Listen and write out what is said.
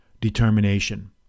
determination